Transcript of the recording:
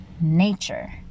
nature